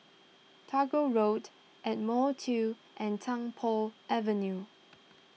Tagore Road Ardmore two and Tung Po Avenue